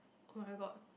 oh-my-God